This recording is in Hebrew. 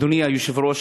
אדוני היושב-ראש,